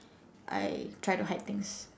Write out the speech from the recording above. I try to hide things